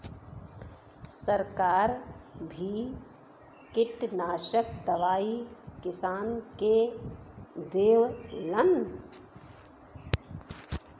सरकार भी किटनासक दवाई किसान के देवलन